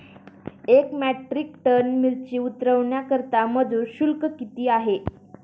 एक metric ton मिरची उतरवण्याकरता मजूर शुल्क किती आहे?